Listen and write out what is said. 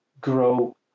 grow